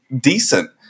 decent